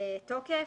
תוקף,